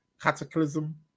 Cataclysm